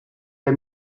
der